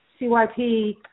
CYP